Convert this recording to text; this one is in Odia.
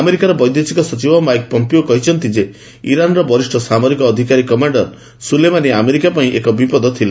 ଆମେରିକାର ବୈଦେଶିକ ସଚିବ ମାଇକ୍ ପମ୍ପିଓ କହିଛନ୍ତି ଯେ ଇରାନ୍ର ବରିଷ୍ଣ ସାମରିକ ଅଧିକାରୀ କମାଣ୍ଡର ସୁଲେମାନୀ ଆମେରିକା ପାଇଁ ଏକ ବିପଦ ଥିଲେ